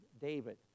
David